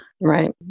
right